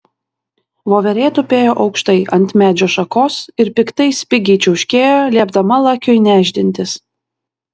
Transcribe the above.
voverė tupėjo aukštai ant medžio šakos ir piktai spigiai čiauškėjo liepdama lakiui nešdintis